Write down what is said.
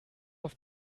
auf